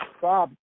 Bob